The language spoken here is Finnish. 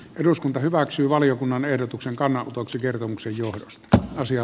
eduskunta hyväksyy valiokunnan ehdotuksen kannanotoksi kertomuksen johdosta asia